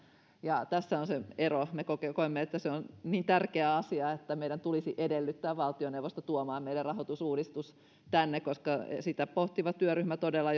tässä on se ero me koemme että se on niin tärkeä asia että meidän tulisi edellyttää valtioneuvosto tuomaan meille rahoitusuudistus tänne koska sitä pohtiva työryhmä todella